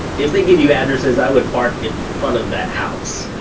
if they give you addresses, i would park in front of that house,